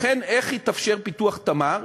איך התאפשר פיתוח "תמר"?